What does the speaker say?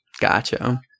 Gotcha